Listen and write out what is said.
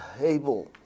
table